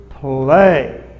play